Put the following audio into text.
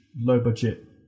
low-budget